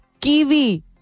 kiwi